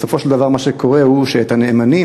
בסופו של דבר מה שקורה הוא שאת הנאמנים,